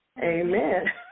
Amen